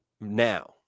Now